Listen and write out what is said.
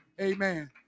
Amen